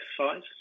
exercise